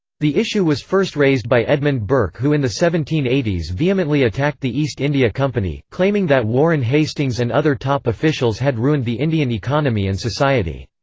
the issue was first raised by edmund burke who in the seventeen eighty s vehemently attacked the east india company, claiming that warren hastings and other top officials had ruined the indian economy and society.